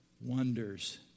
wonders